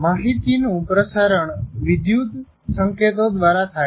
માહિતીનું પ્રસારણ વિદ્યુત સંકેતો દ્વારા થાય છે